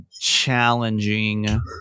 challenging